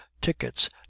tickets